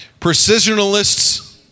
Precisionalists